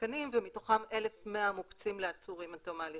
תקנים ומתוכם 1,100 מוקצים לעצורים עד תום ההליכים.